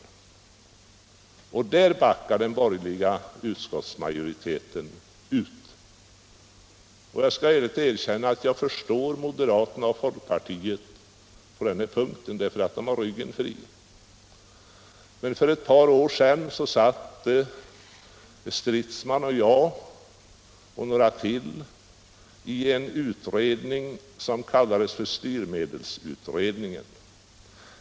Där backar den borgerliga utskottsmajoriteten ut. Jag skall villigt erkänna att jag förstår moderaterna och folkpartisterna —- de vill ha ryggen fri på den här punkten. Men för ett par år sedan satt herr Stridsman och jag och några till i en utredning som kallades styrmedelsutredningen.